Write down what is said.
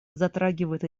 затрагивает